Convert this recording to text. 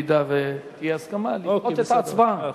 אם תהיה הסכמה, לדחות את ההצבעה.